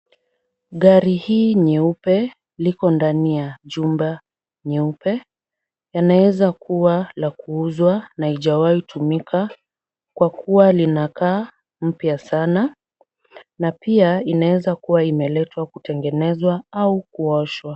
Gari hii nyeupe liko ndani ya jumba nyeupe. Yamaweza kuwa la kuuzwa na haijawai tumika kwa kuwa linakaa mpya sana na pia inaweza kuwa imeletwa kutengenezwa au kuoshwa.